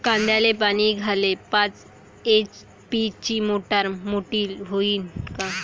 कांद्याले पानी द्याले पाच एच.पी ची मोटार मोटी व्हईन का?